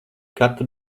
katru